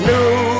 New